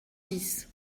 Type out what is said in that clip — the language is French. dix